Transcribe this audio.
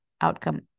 outcome